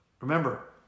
Remember